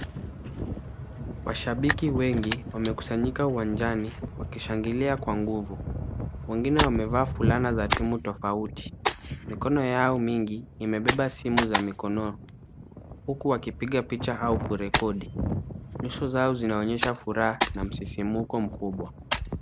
Washabiki wengi wamekusanyika uwanjani wakishangilia kwa nguvu ,wengine wamevaa fulana za timu tofauti. Mikono yao mingi imebeba simu za mikono, huku wakipiga picha au kurekodi .Nyuso zao zinaonyesha furaha na msisimko mkubwa.